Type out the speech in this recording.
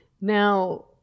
Now